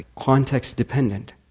context-dependent